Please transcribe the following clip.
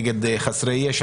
נגד חסרי ישע,